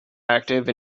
active